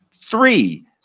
Three